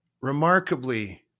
remarkably